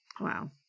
Wow